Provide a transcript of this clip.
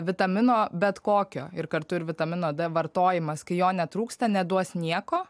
vitamino bet kokio ir kartu ir vitamino d vartojimas kai jo netrūksta neduos nieko